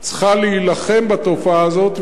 צריכה להילחם בתופעה הזאת,